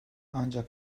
ancak